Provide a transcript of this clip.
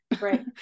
Right